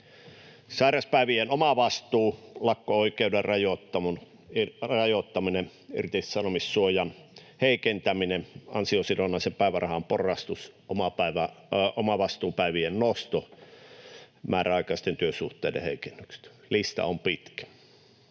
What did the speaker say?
Sairauspäivien omavastuu, lakko-oikeuden rajoittaminen, irtisanomissuojan heikentäminen, ansiosidonnaisen päivärahan porrastus, omavastuupäivien nosto, määräaikaisten työsuhteiden heikennykset — lista on pitkä